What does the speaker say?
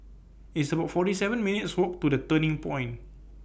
It's about forty seven minutes' Walk to The Turning Point